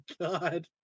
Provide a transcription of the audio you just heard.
god